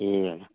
ए हो र